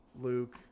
Luke